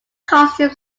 costume